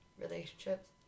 relationships